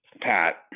Pat